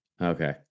Okay